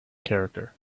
character